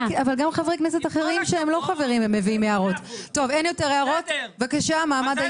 אני לא חבר בוועדה --- (נושאת דברים בשפת הסימנים,